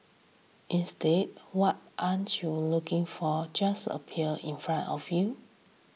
instead what aren't you looking for just appear in front of you